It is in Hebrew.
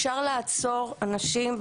אפשר לעצור אנשים,